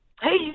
Hey